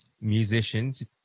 musicians